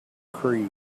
creed